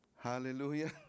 Hallelujah